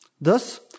Thus